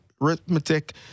arithmetic